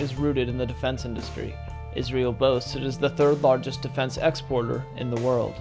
is rooted in the defense industry israel boasts of is the third largest defense export or in the world